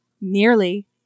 Nearly